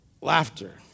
laughter